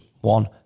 One